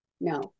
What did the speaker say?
No